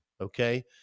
Okay